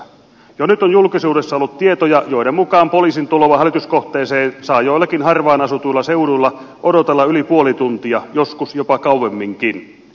jo nyt on julkisuudessa ollut tietoja joiden mukaan poliisin tuloa hälytyskohteeseen saa joillakin harvaan asutuilla seuduilla odotella yli puoli tuntia joskus jopa kauemminkin